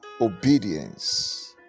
obedience